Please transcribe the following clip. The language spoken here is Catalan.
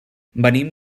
venim